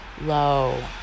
low